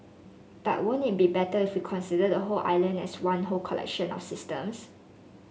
but won't it be better if we consider the whole island as one whole collection of systems